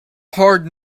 hard